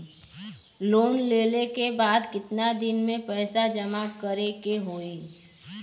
Loan लेले के बाद कितना दिन में पैसा जमा करे के होई?